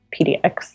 PDX